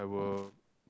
I will